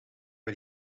wel